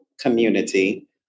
community